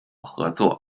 合作